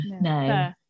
no